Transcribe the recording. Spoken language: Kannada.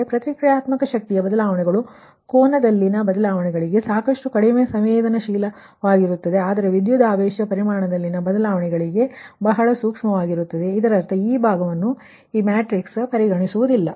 ಆದ್ದರಿಂದ ಪ್ರತಿಕ್ರಿಯಾತ್ಮಕ ಶಕ್ತಿಯ ಬದಲಾವಣೆಗಳು ಕೋನದಲ್ಲಿನ ಬದಲಾವಣೆಗಳಿಗೆ ಸಾಕಷ್ಟು ಕಡಿಮೆ ಸಂವೇದನಾಶೀಲವಾಗಿರುತ್ತದೆ ಆದರೆ ವಿದ್ಯುತ್ ವೋಲ್ಟೇಜ್ ಪರಿಮಾಣದಲ್ಲಿನ ಬದಲಾವಣೆಗಳಿಗೆ ಬಹಳ ಸೂಕ್ಷ್ಮವಾಗಿರುತ್ತದೆ ಇದರರ್ಥ ಈ ಭಾಗವನ್ನು ಈ ಮ್ಯಾಟ್ರಿಕ್ಸ್ ಪರಿಗಣಿಸುವುದಿಲ್ಲ